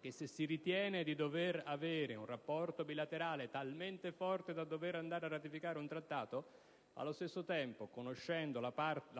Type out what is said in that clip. che, se si ritiene di dover avere un rapporto bilaterale talmente forte da dover andare a ratificare un trattato, allo stesso tempo, conoscendo la